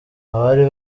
abari